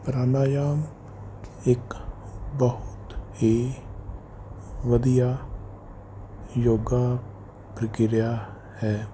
ਪ੍ਰਾਣਾਯਾਮ ਇੱਕ ਬਹੁਤ ਹੀ ਵਧੀਆ ਯੋਗਾ ਪ੍ਰਕਿਰਿਆ ਹੈ